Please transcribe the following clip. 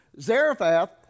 Zarephath